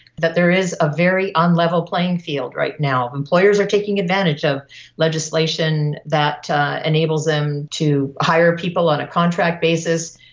that there is a very unlevel playing field right now. employers are taking advantage of legislation that enables them to hire people on a contract basis.